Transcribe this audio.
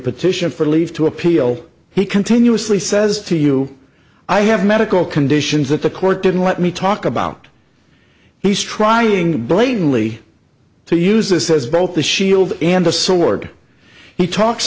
petition for leave to appeal he continuously says to you i have medical conditions that the court didn't let me talk about he's trying blatantly to use a says both the shield and a sword he talks